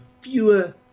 fewer